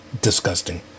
disgusting